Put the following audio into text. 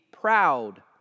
proud